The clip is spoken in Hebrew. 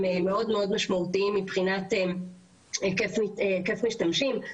מאוד מאוד משמעותיים מבחינת היקף משתמשים.